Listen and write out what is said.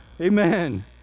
Amen